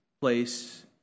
place